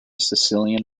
sicilian